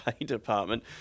department